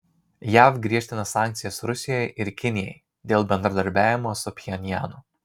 jav griežtina sankcijas rusijai ir kinijai dėl bendradarbiavimo su pchenjanu